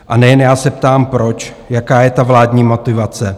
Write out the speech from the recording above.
A nejen já se ptám proč, jaká je ta vládní motivace?